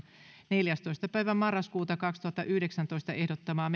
neljästoista yhdettätoista kaksituhattayhdeksäntoista ehdottamaa